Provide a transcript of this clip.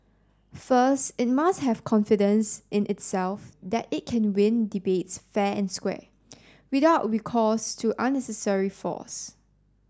first it must have confidence in itself that it can win debates fair and square without recourse to unnecessary force